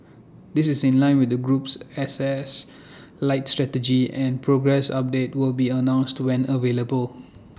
this is in line with the group's assets light strategy and progress updates will be announced to when available